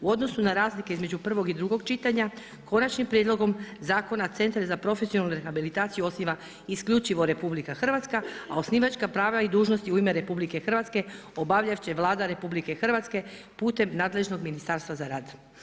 U odnosu na razlike između 1. i 2. čitanja, konačnom prijedlogom zakona, centar za profesionalnu rehabilitaciju osniva isključivo RH, a osnivačka prava i dužnosti u ime RH, obavljati će Vlada RH, putem nadležnog ministarstva za rad.